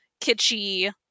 kitschy